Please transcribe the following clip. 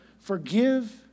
forgive